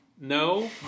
No